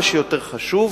מה שיותר חשוב